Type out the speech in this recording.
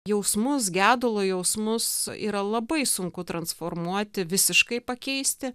jausmus gedulo jausmus yra labai sunku transformuoti visiškai pakeisti